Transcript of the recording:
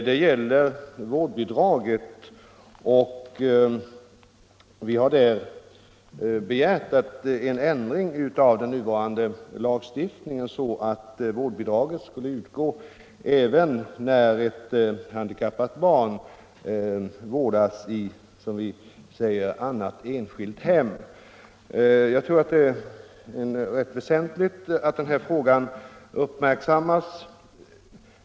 Vi har i motionen begärt en sådan ändring av den nuvarande lagstiftningen att vårdbidraget skulle utgå även när ett handikappat barn vårdas i, som vi uttrycker det, annat enskilt hem. Det är rätt väsentligt att denna fråga uppmärksammas.